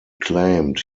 claimed